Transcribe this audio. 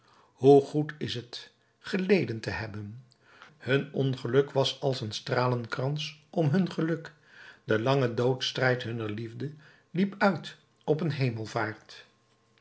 hoe goed is het geleden te hebben hun ongeluk was als een stralenkrans om hun geluk de lange doodsstrijd hunner liefde liep uit op een hemelvaart